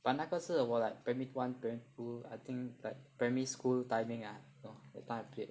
but 那个是我 like primary one primary two I think like primary school timing ah lor that time I played